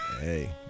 Hey